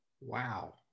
Wow